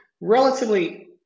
relatively